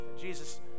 Jesus